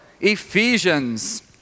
Ephesians